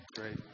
Great